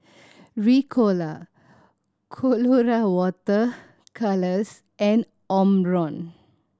Ricola Colora Water Colours and Omron